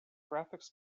graphics